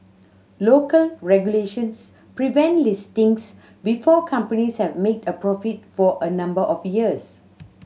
local regulations prevent listings before companies have made a profit for a number of years